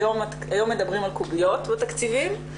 היום מדברים על קוביות בתקציבים.